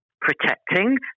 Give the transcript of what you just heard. protecting